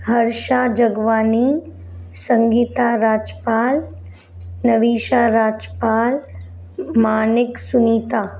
Harsha Jagwani Sangeeta Rajpal Lavisha Rajpal Manik Sunita